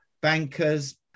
bankers